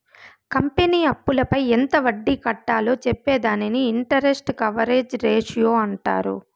company అప్పులపై ఎంత వడ్డీ కట్టాలో చెప్పే దానిని ఇంటరెస్ట్ కవరేజ్ రేషియో అంటారు